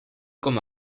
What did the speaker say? comme